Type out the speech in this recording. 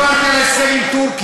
ועוד לא דיברתי על ההסכם עם טורקיה.